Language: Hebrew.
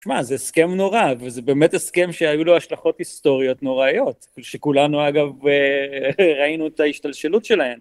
תשמע, זה הסכם נורא, וזה באמת הסכם שהיו לו השלכות היסטוריות נוראיות, שכולנו אגב ראינו את ההשתלשלות שלהם.